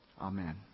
Amen